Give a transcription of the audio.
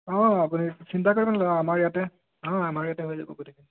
অঁ অঁ আপুনি চিন্তা কৰিব নালাগে আমাৰ ইয়াতে অঁ আমাৰ ইয়াতে হৈ যাব গোটেইখিনি